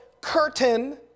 curtain